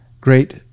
great